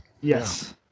Yes